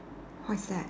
what is that